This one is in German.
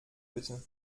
bitte